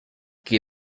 qui